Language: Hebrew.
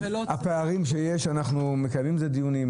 על הפערים שיש אנחנו מקיימים דיונים,